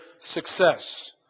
success